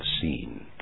seen